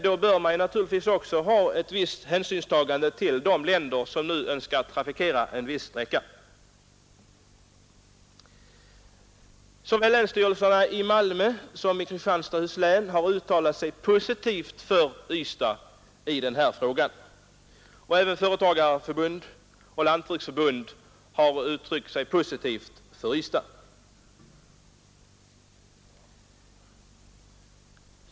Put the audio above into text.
Då bör man naturligtvis ta en viss hänsyn till de länder som skall trafikera en blivande kommunikationsled. Länsstyrelserna i såväl Malmöhus län som Kristianstads län har uttalat sig positivt för Ystad i den här frågan, och det har även företagareförbund och lantbruksförbund gjort.